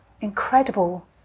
incredible